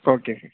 okay sir